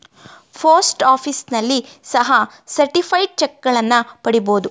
post ಆಫೀಸ್ನಲ್ಲಿ ಸಹ certified ಚಕ್ಗಳನ್ನ ಪಡಿಬೋದು